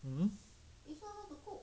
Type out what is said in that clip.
hmm